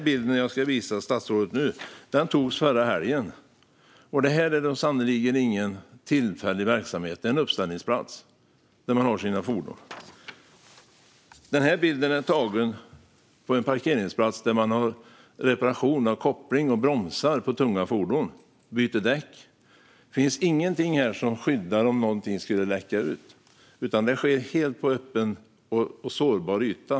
Bilden jag visar statsrådet nu togs förra helgen. Det här är sannerligen ingen tillfällig verksamhet. Det är en uppställningsplats, där man har sina fordon. Nästa bild är tagen på en parkeringsplats, där man reparerar koppling och bromsar på tunga fordon och byter däck. Det finns inget här som skyddar om något skulle läcka ut, utan detta sker på en helt öppen och sårbar yta.